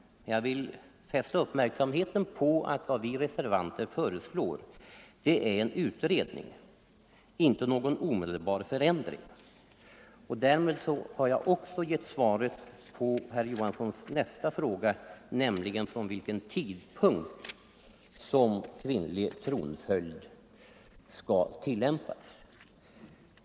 Jag vill fästa uppmärksamheten på att vad vi reservanter föreslår är en utredning, inte någon omedelbar förändring. Därmed har jag också givit svaret på herr Johanssons fråga, från vilken tidpunkt kvinnlig tronföljd skall tillämpas.